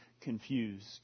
confused